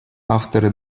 авторы